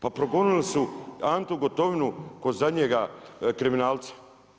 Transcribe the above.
Pa progonili su Antu Gotovinu ko zadnjega kriminalca.